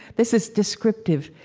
this is descriptive.